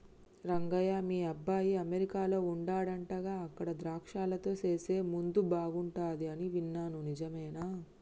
రంగయ్య మీ అబ్బాయి అమెరికాలో వుండాడంటగా అక్కడ ద్రాక్షలతో సేసే ముందు బాగుంటది అని విన్నాను నిజమేనా